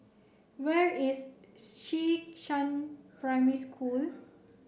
where is Xishan Primary School